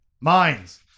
Mines